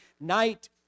night